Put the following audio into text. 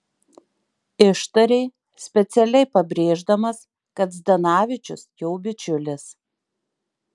ištarė specialiai pabrėždamas kad zdanavičius jo bičiulis